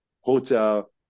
hotel